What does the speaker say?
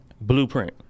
Blueprint